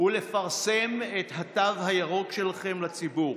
ולפרסם את התו הירוק שלכם לציבור,